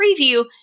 preview